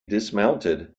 dismounted